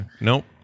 Nope